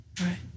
Right